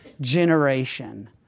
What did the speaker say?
generation